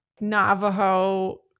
Navajo